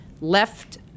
left